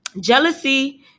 Jealousy